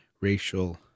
racial